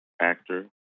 actor